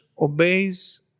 obeys